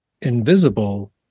invisible